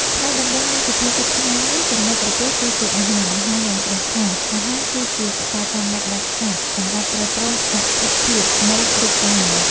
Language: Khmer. ផ្នែកដំបូងនៃសុភាសិតខ្មែរនេះ ចំណីក្រពះគឺជាអាហារ បង្ហាញយ៉ាងច្បាស់ថា អាហារគឺជាកត្តាចាំបាច់ដាច់ខាតសម្រាប់ទ្រទ្រង់អត្ថិភាពនៃរូបកាយមនុស្ស។